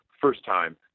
first-time